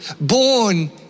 born